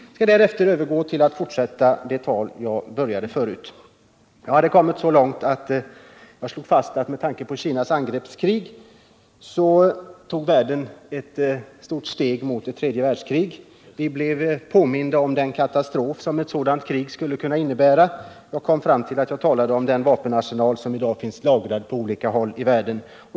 Jag skall därefter övergå till att fortsätta det tal som jag påbörjade tidigare i dag. Jag hade kommit så långt att jag hade slagit fast att med Kinas angreppskrig, så tog världen ett stort steg mot ett tredje världskrig. Vi blev påminda om den katastrof som ett sådant krig skulle kunna innebära. Jag hade också kommit in på den vapenarsenal som i dag finns lagrad på olika håll i världen.